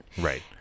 Right